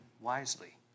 wisely